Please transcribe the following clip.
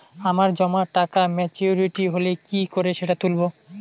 আমার জমা টাকা মেচুউরিটি হলে কি করে সেটা তুলব?